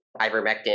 ivermectin